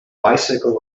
bicycle